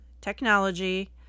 technology